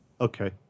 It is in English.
Okay